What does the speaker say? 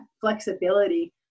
flexibility